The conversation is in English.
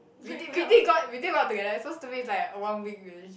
we did we did go out we did go out together it's so stupid it's like a one week relationship